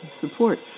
support